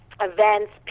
events